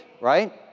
right